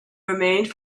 remained